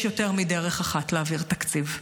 יש יותר מדרך אחת להעביר תקציב,